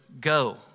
go